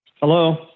Hello